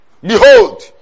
Behold